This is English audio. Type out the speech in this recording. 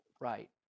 right